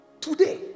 today